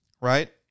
Right